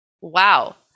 Wow